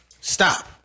Stop